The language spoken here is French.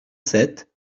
sept